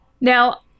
Now